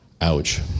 Ouch